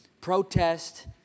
protest